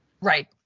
Right